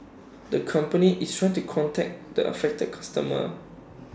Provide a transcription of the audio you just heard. the company is try to contact the affected customer